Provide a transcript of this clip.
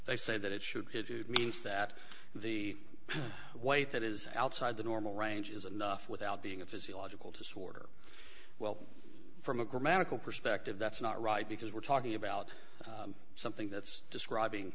they say that it should it means that the way that is outside the normal range is enough without being a physiological disorder well from a grammatical perspective that's not right because we're talking about something that's describing